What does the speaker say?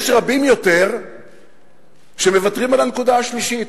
יש רבים יותר שמוותרים על הנקודה השלישית: